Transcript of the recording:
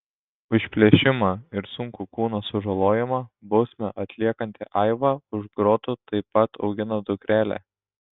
už plėšimą ir sunkų kūno sužalojimą bausmę atliekanti aiva už grotų taip pat augina dukrelę